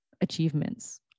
achievements